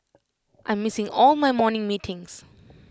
I'm missing all my morning meetings